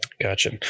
Gotcha